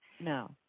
No